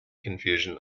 confusion